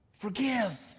Forgive